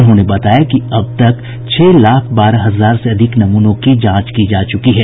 उन्होंने बताया कि अब तक छह लाख बारह हजार से अधिक नमूनों की जांच की जा चुकी है